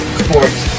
sports